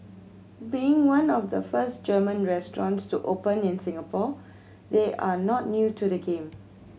being one of the first German restaurants to open in Singapore they are not new to the game